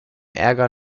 ärger